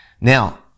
Now